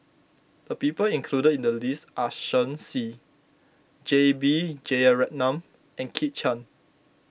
the people included in the list are Shen Xi J B Jeyaretnam and Kit Chan